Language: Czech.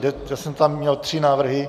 Já jsem tam měl tři návrhy.